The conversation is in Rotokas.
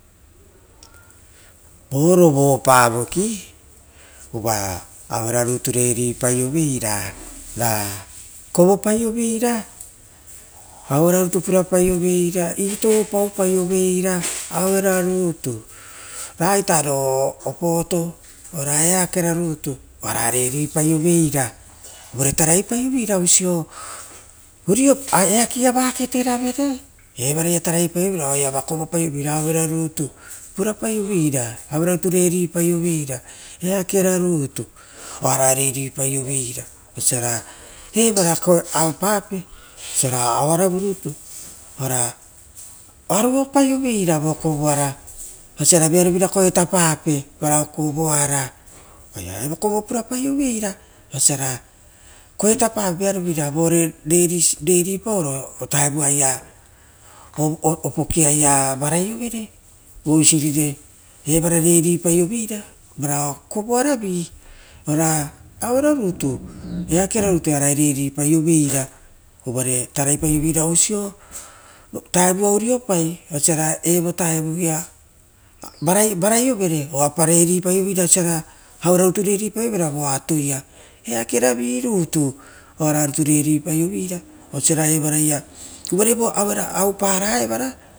Vo rovopa voki uva koropaiovera auero rutu vatatopo paioveira. aura utu purapaio vera opoo paupaiovera, auera rutu raita ro opooto ora eakera rutu oara vata topo paioveira, uvare tarai paiovera oisia eakeaia vakeeravere, oia tarai paio veira, oaia kovopaio vera auero rutu oaraua rutu vatatopopaioveira, eakeara rutu, oara vatatopo paiovera oisiora evara auepape oisira uaravu rutu auepoiovera vo kovoara oisira vearo vira koetapape varao kovoara, osia koetapape vearovira vore vatatopopaoro aue ovokiaia varaiovere uere evara vatatopopaioveira vara o kovoa ravi auero rutu eakera rutu orara vatatopoaio veira, uvare tarai paio veira oisio vuta uriopa oisio ra evo vutaia varaiovere oapa vatatopoiovere ekaeravi rutu oara rutu vatatopopaiovera uvare aue para evara.